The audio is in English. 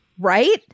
right